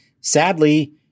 sadly